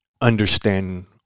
understand